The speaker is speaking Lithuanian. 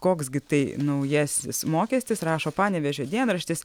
koks gi tai naujasis mokestis rašo panevėžio dienraštis